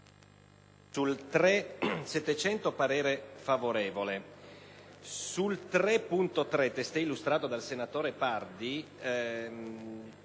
3.3, testé illustrato dal senatore Pardi,